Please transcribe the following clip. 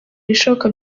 ibishoboka